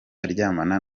aryamana